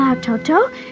Toto